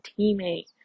teammate